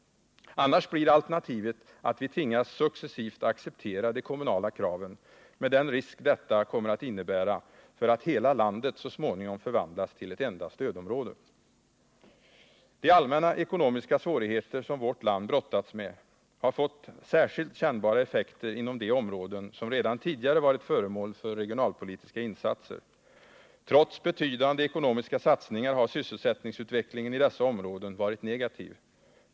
Annars blir alternativet att vi successivt tvingas att acceptera de kommunala kraven, med den risk detta kommer att innebära för att hela landet så småningom förvandlas till ett enda stödområde. De allmänna ekonomiska svårigheter som vårt land brottats med har fått särskilt kännbara effekter inom de områden som redan tidigare varit föremål för regionalpolitiska insatser. Trots betydande ekonomiska satsningar har sysselsättningsutvecklingen i dessa områden varit negativ.